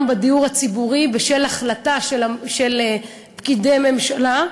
בדיור הציבורי בשל החלטה של פקידי ממשלה,